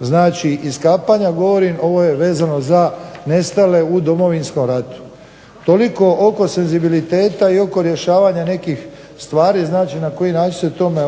znači iskapanja, govorim ovo je vezano za nestale u Domovinskom ratu. Toliko oko senzibiliteta i oko rješavanja nekih stvari znači na koji način se tome